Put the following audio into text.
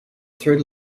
third